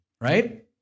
Right